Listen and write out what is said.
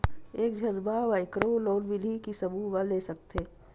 एक झन ला माइक्रो लोन मिलथे कि समूह मा ले सकती?